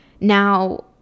Now